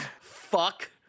fuck